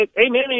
amen